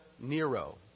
Nero